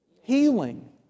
healing